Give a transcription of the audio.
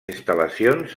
instal·lacions